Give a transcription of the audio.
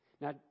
Now